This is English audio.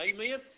Amen